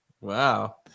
Wow